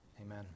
Amen